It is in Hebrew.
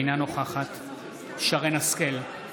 אינה נוכחת שרן מרים השכל,